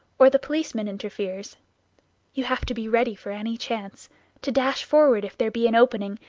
or the policeman interferes you have to be ready for any chance to dash forward if there be an opening,